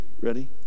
Ready